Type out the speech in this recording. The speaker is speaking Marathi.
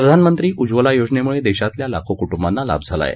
प्रधानमंत्री उज्वला योजनेमुळे देशातल्या लाखो कुटुंबांना लाभ झाला आहे